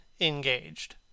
engaged